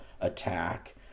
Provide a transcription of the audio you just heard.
attack